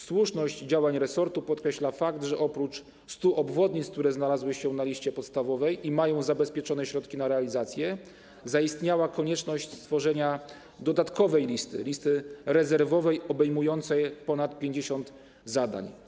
Słuszność działań resortu podkreśla fakt, że oprócz konieczności budowy 100 obwodnic, które znalazły się na liście podstawowej i w przypadku których są zabezpieczone środki na realizację, zaistniała konieczność stworzenia dodatkowej listy, listy rezerwowej, obejmującej ponad 50 zadań.